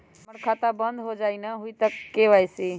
हमर खाता बंद होजाई न हुई त के.वाई.सी?